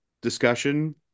discussion